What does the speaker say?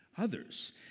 others